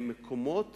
במקומות